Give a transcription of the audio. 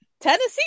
Tennessee